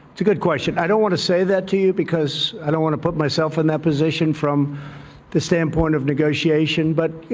good question. i don't want to say that to you because i don't want to put myself in that position from the standpoint of negotiation. but, you